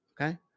okay